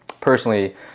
personally